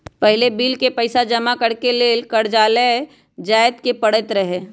पहिले बिल के पइसा जमा करेके लेल कर्जालय जाय के परैत रहए